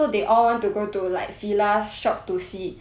so they all want to go to like Fila shop to see